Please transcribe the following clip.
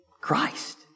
Christ